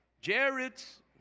Jared's